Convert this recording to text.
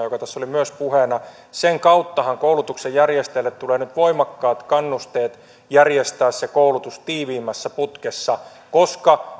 joka tässä oli myös puheena koulutuksen järjestäjälle tulee nyt voimakkaat kannusteet järjestää se koulutus tiiviimmässä putkessa koska